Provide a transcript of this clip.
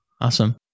Awesome